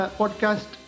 podcast